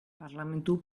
parlementu